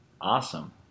Awesome